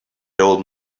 old